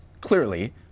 clearly